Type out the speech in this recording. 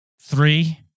three